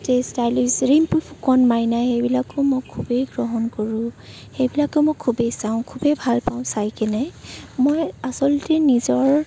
stay stylish Phukan মাইনা এইবিলাকো মই খুবেই গ্ৰহণ কৰোঁ সেইবিলাকো মই খুবেই চাওঁ খুবেই ভাল পাওঁ চাইকেনে মই আচলতে নিজৰ